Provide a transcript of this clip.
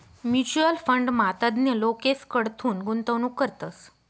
mutual फंडमा तज्ञ लोकेसकडथून गुंतवणूक करतस